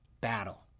battle